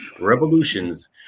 Revolutions